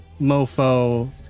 mofo